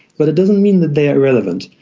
but it doesn't mean that they are irrelevant,